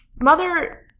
mother